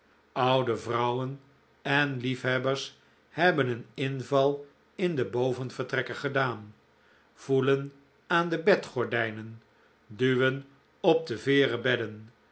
oude vrouwen en liefhebbers hebben een inval in de bovenvertrekken gedaan voelen aan de bedgordijnen duwen op de veeren bedden